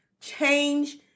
change